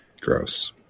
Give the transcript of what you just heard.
Gross